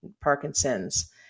Parkinson's